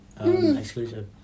exclusive